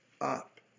up